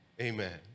Amen